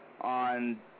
on